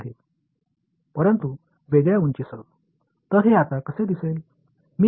எனவே இங்குதான் சரியானது எனவே அடிப்படை செயல்பாடு a இது போன்றது அடிப்படை செயல்பாடு b இது போன்றது